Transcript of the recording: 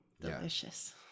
delicious